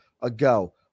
ago